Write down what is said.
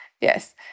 Yes